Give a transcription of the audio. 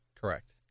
Correct